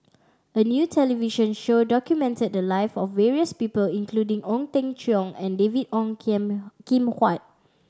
a new television show documented the live of various people including Ong Teng Cheong and David Ong Kam Kim Huat